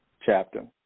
chapter